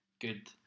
good